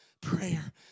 prayer